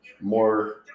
more